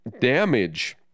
damage